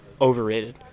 Overrated